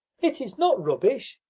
it is not rubbish,